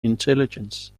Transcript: intelligence